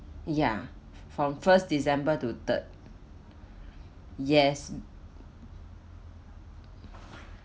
ya from first december two third yes